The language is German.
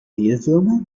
mehlwürmer